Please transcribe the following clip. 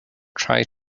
try